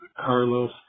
Carlos